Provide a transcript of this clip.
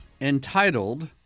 entitled